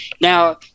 Now